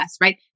right